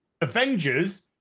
Avengers